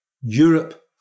Europe